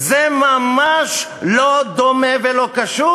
זה ממש לא דומה ולא קשור.